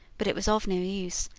but it was of no use.